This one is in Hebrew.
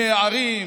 מהערים,